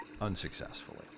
unsuccessfully